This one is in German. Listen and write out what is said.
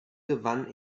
gewann